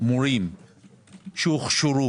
מורים שהוכשרו